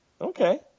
Okay